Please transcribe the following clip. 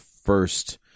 first